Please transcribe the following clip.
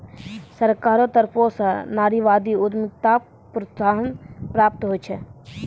सरकारो तरफो स नारीवादी उद्यमिताक प्रोत्साहन प्राप्त होय छै